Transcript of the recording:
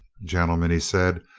gentlemen, he said,